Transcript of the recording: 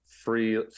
free